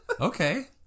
Okay